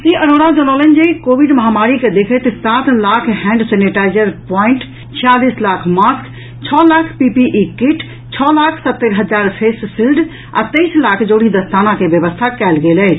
श्री अरोड़ा जनौलनि जे कोविड महामारी के देखैत सात लाख हैंड सेनेटाईजर प्वाइंट छियालीस लाख मास्क छओ लाख पीपीई कीट छओ लाख सत्तरि हजार फेसशिल्ड आ तेईस लाख जोड़ी दस्ताना के व्यवस्था कयल गेल अछि